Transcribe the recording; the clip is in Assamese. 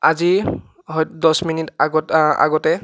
আজি হয় দহ মিনিট আগত আগতে